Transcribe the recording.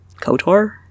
KOTOR